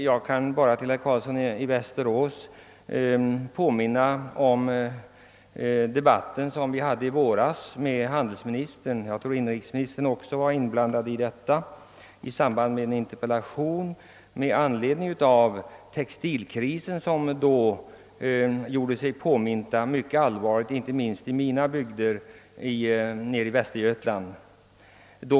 Jag vill bara påminna herr Carlsson i Västerås om den debatt jag hade i våras med handelsministern — jag tror att även inrikesministern deltog — i samband med en interpellation med anledning av den textilkris som då drabbade inte minst mina bygder nere i Västergötland.